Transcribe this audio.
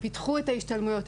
פתחו את ההשתלמויות.